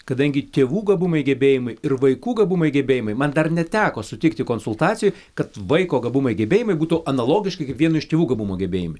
kadangi tėvų gabumai gebėjimai ir vaikų gabumai gebėjimai man dar neteko sutikti konsultacijoj kad vaiko gabumai gebėjimai būtų analogiški kaip vieno iš tėvų gabumų gebėjimai